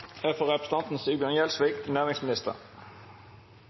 for representanten